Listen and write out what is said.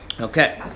Okay